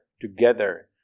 together